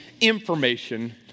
information